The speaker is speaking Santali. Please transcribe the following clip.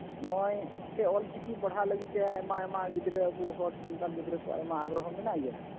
ᱱᱚᱜᱼᱚᱭ ᱮᱱᱛᱮ ᱚᱞ ᱪᱤᱠᱤ ᱯᱟᱲᱦᱟᱜ ᱞᱟᱹᱜᱤᱫ ᱛᱮ ᱟᱭᱢᱟ ᱟᱭᱢᱟ ᱜᱤᱫᱽᱨᱟᱹ ᱟᱵᱚ ᱦᱚᱲ ᱥᱟᱱᱛᱟᱞ ᱜᱤᱫᱽᱨᱟᱹ ᱠᱚᱣᱟᱜ ᱟᱭᱢᱟ ᱟᱜᱨᱚᱦᱚ ᱢᱮᱱᱟᱜ ᱜᱮᱭᱟ